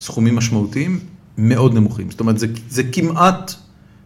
‫סכומים משמעותיים מאוד נמוכים. ‫זאת אומרת, זה כמעט...